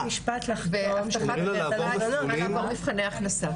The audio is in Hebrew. נותנים לה לעבור מסלולים.